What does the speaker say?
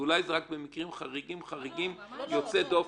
אולי זה רק במקרים חריגים שבחריגים, יוצאי דופן.